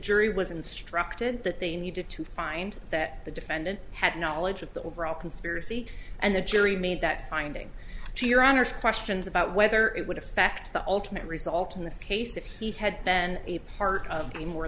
jury was instructed that they needed to find that the defendant had knowledge of the overall conspiracy and the jury made that finding your honor's questions about whether it would affect the ultimate result in this case if he had been a part of a more